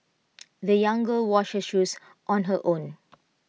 the young girl washed her shoes on her own